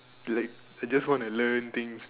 like I just wanna learn things